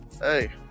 hey